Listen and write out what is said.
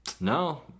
no